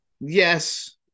Yes